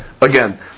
again